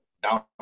Down